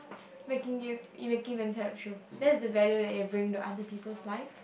making you in making them tell the truth that's the value that you are bringing to other people's life